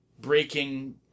breaking